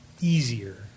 easier